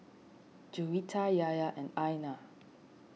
Juwita Yahya and Aina